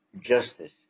justice